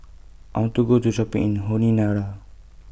I want to Go to Shopping in Honiara